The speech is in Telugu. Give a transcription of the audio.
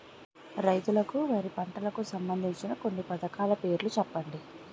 రైతులకు వారి పంటలకు సంబందించిన కొన్ని పథకాల పేర్లు చెప్పండి?